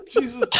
Jesus